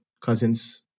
cousins